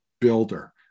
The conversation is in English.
builder